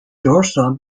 dorsum